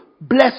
bless